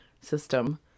system